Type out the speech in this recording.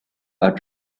are